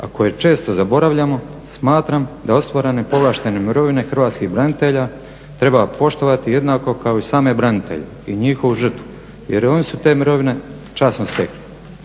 koje često zaboravljamo, smatram da ostvarene povlaštene mirovine hrvatskih branitelja treba poštovati jednako kao i same branitelje i njihovu žrtvu jer oni su te mirovine časno stekli.